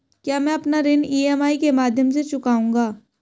क्या मैं अपना ऋण ई.एम.आई के माध्यम से चुकाऊंगा?